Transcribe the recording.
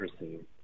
received